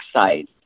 side